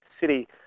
city